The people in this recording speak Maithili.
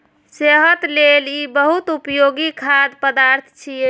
सेहत लेल ई बहुत उपयोगी खाद्य पदार्थ छियै